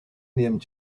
named